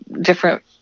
different